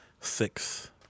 six